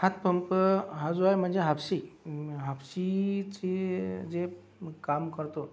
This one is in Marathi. हातपंप हा जो आहे म्हणजे हापशी हापशीचे जे काम करतो